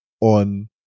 on